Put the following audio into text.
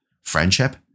friendship